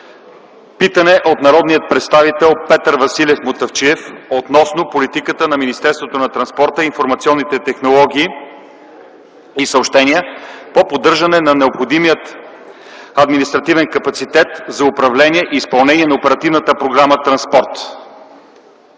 Питане от народния представител Петър Василев Мутафчиев относно политиката на Министерството на транспорта, информационните технологии и съобщения по поддържане на необходимия административен капацитет за управление и изпълнение на Оперативната програма „Транспорт”.